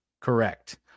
Correct